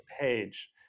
page